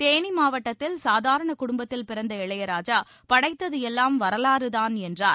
தேனி மாவட்டத்தில் சாதாரண குடும்பத்தில் பிறந்த இளையராஜா படைத்தது எல்லாம் வரலாறுதான் என்றார்